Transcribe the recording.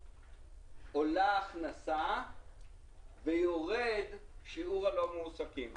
עולה ההכנסה ויורד שיעור הלא מועסקים.